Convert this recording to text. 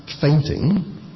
fainting